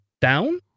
down